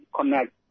connect